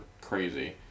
crazy